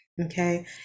okay